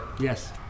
Yes